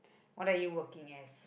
what are you working as